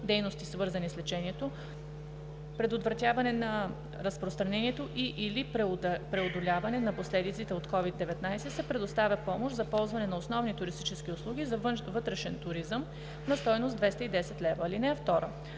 дейности, свързани с лечението, предотвратяване на разпространението и/или преодоляване на последиците от COVID - 19, се предоставя помощ за ползване на основни туристически услуги за вътрешен туризъм на стойност 210 лв. (2)